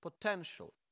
potential